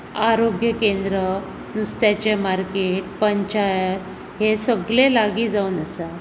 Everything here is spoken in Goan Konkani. आरोग्य केंद्र नुस्त्याचें मार्केट पंचायत हे सगळे लागीं जावन आसा